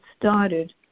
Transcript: started